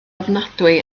ofnadwy